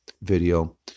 video